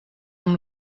amb